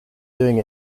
doing